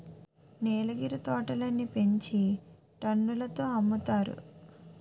నీలగిరి తోటలని పెంచి టన్నుల తో అమ్ముతారు